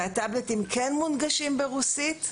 הטאבלטים כן מונגשים ברוסית,